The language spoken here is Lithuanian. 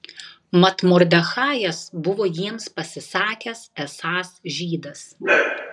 mat mordechajas buvo jiems pasisakęs esąs žydas